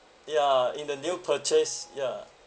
ya in the new purchase ya